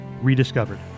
rediscovered